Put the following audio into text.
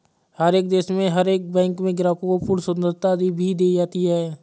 हर एक देश में हर बैंक में ग्राहकों को पूर्ण स्वतन्त्रता भी दी जाती है